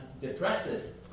depressive